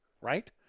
right